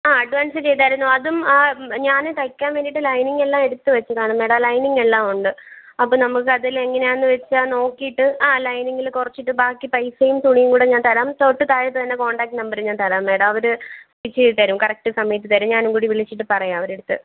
ആ അഡ്വാൻസ് ചെയ്തിരുന്നു അതും ആ ഞാൻ തയ്ക്കാൻ വേണ്ടിയിട്ട് ലൈനിങ്ങ് എല്ലാം എടുത്തു വച്ചതാണ് മാഡം ലൈനിങ്ങ് എല്ലാമുണ്ട് അപ്പോൾ നമുക്ക് അതിലെങ്ങനെയാണെന്നു വച്ചാൽ നോക്കിയിട്ട് ആ ലൈനിങ്ങിൽ കുറച്ചിട്ട് ബാക്കി പൈസയും തുണിയും കൂടി ഞാൻ തരാം തൊട്ടു താഴെത്തന്നെ കോൺടാക്ട് നമ്പറും ഞാൻ തരാം മാഡം അവർ സ്റ്റിച്ച് ചെയ്തു തരും കറക്റ്റ് സമയത്തു തരും ഞാനും കൂടി വിളിച്ചിട്ട് പറയാം അവരുടെ അടുത്ത്